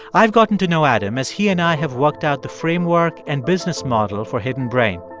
i've gotten to know adam as he and i have worked out the framework and business model for hidden brain.